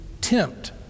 tempt